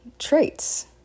Traits